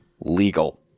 legal